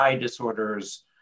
disorders